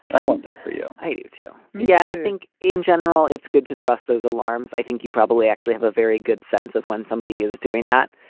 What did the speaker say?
but i want that for you. i do, too. yeah. and i think in general it's good to trust those alarms. i think you probably actually have a very good sense of when somebody is doing that.